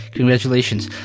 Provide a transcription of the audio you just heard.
Congratulations